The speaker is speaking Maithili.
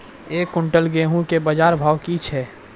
एक क्विंटल गेहूँ के बाजार भाव की छ?